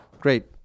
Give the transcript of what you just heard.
great